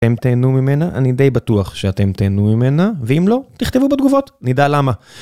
אתם תהנו ממנה? אני די בטוח שאתם תהנו ממנה, ואם לא, תכתבו בתגובות, נדע למה.